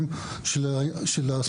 זה בדרך כלל --- אם זה היה ספורט מילא,